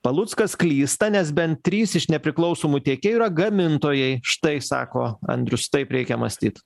paluckas klysta nes bent trys iš nepriklausomų tiekėjų yra gamintojai štai sako andrius taip reikia mąstyt